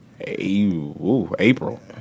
April